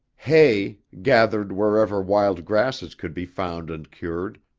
hay, gathered wherever wild grasses could be found and cured,